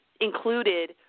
included